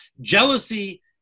jealousy